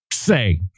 say